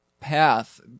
path